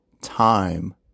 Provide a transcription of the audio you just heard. time